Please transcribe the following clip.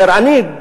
אני,